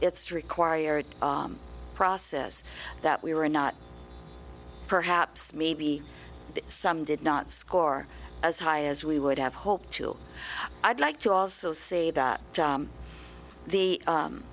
its required process that we were not perhaps maybe some did not score as high as we would have hoped to i'd like to also say that the